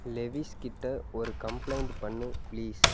Lewis கிட்டே ஒரு complaint பண்ணு பிளீஸ்